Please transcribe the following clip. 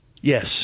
Yes